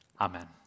Amen